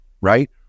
right